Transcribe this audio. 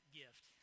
gift